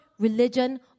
religion